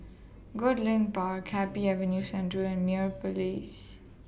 Goodlink Park Happy Avenue Central and Meyer Place